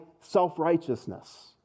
self-righteousness